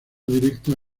directa